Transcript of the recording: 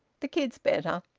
the kid's better.